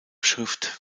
schrift